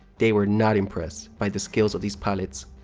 they were not impressed by the skills of these pilots.